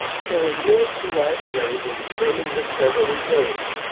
so a year or two either way will determine miss beverly's age,